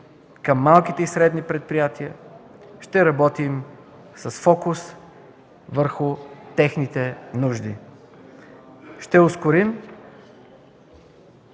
към малките и средните предприятия, ще работим с фокус върху техните нужди. Ще ускорим